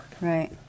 Right